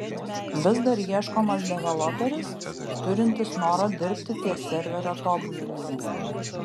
vis dar ieškomas developeris turintis noro dirbti ties serverio tobulinimu